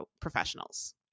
professionals